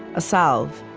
a salve,